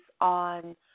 on